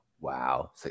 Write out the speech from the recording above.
Wow